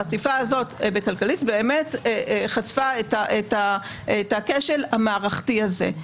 החשיפה הזאת בכלכליסט חשפה את הכשל המערכתי הזה.